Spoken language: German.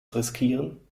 riskieren